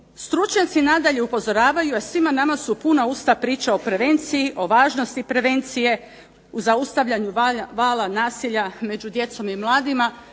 Stručnjaci nadalje upozoravaju a svima nama su puna usta priča o prevenciji, važnosti prevencije, zaustavljanju vala nasilja, među djecom i mladima,